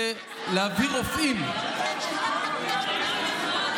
ולהביא רופאים, אני אעזור לך.